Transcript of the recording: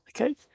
Okay